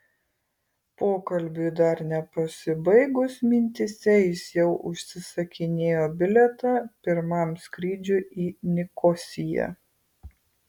pokalbiui dar nepasibaigus mintyse jis jau užsisakinėjo bilietą pirmam skrydžiui į nikosiją